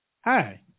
Hi